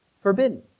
forbidden